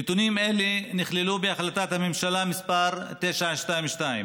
נתונים אלה נכללו בהחלטת הממשלה מס' 922,